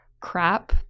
crap